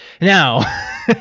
Now